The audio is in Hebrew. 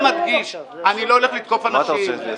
מהי עמדתי.